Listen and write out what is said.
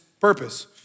purpose